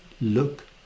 look